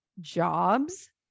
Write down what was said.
jobs